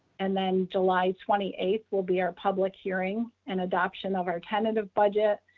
and then july twenty eighth will be our public hearing and adoption of our tentative budget.